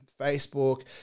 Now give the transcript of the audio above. Facebook